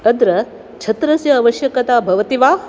अत्र छत्रस्य आवश्यकता भवति वा